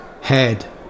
head